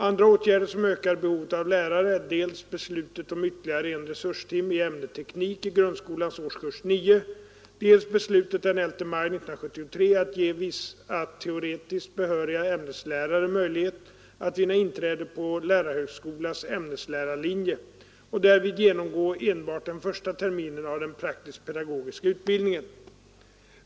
Andra åtgärder som ökar behovet av lärare är dels beslutet om ytterligare en resurstimme i ämnet teknik i grundskolans årskurs 9, dels beslutet den 11 maj 1973 att ge vissa teoretiskt behöriga ämneslärare möjlighet att vinna inträde på lärarhögskolans ämneslärarlinje och därvid genomgå enbart+ den första terminen av den praktiskt-pedagogiska utbildningen.